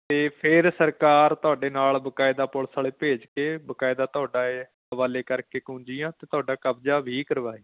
ਅਤੇ ਫਿਰ ਸਰਕਾਰ ਤੁਹਾਡੇ ਨਾਲ ਬਕਾਇਦਾ ਪੁਲਿਸ ਵਾਲੇ ਭੇਜ ਕੇ ਬਕਾਇਦਾ ਤੁਹਾਡਾ ਏ ਹਵਾਲੇ ਕਰਕੇ ਕੂੰਜੀਆਂ ਅਤੇ ਤੁਹਾਡਾ ਕਬਜ਼ਾ ਵੀ ਕਰਵਾਏ